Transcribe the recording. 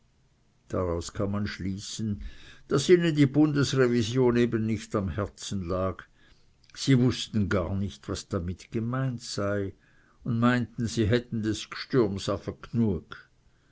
daraus kann man schließen daß ihnen die bundesrevision eben nicht am herzen lag sie wußten gar nicht was damit gemeint sei und meinten si hätten des gstürms afe